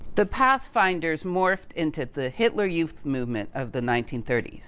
the pathfinders morphed into the hitler youth movement of the nineteen thirty s.